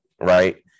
right